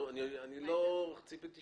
אני לא ציפיתי שתתייחסי,